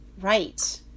Right